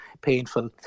painful